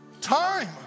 time